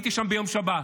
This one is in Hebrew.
אני הייתי שם ביום שבת.